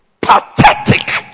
pathetic